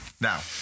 Now